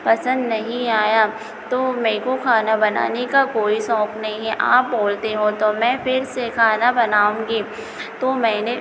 पसंद नहीं आया तो मे को खाना बनाने का कोई शौक़ नहीं है आप बोलते हो तो मैं फिर से खाना बनाऊँगी तो मैंने